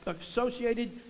associated